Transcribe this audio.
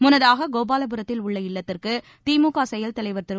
முன்னதாக கோபாலபுரத்தில் உள்ள இல்லத்திற்கு திமுக செயல் தலைவர் திரு